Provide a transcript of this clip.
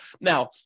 Now